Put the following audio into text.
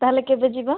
ତାହେଲେ କେବେ ଯିବା